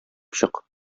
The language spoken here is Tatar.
чык